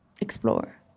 explore